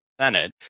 Senate